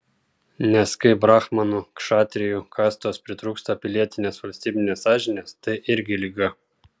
nes kai brahmanų kšatrijų kastos pritrūksta pilietinės valstybinės sąžinės tai irgi liga